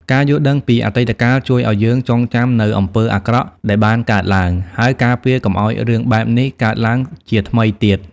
ការយល់ដឹងពីអតីតកាលជួយឲ្យយើងចងចាំនូវអំពើអាក្រក់ដែលបានកើតឡើង ហើយការពារកុំឲ្យរឿងបែបនេះកើតឡើងជាថ្មីទៀត។